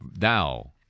Now